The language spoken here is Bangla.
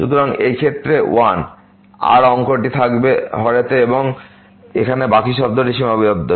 সুতরাং এই ক্ষেত্রে 1 r অঙ্কটিকে থাকবে হরেতে এবং এখানে বাকী শব্দটি সীমাবদ্ধ